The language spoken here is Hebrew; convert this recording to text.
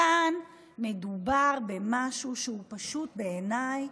כאן מדובר במשהו שהוא פשוט בעיניי,